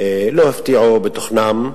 לא הפתיעו בתוכנם.